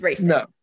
No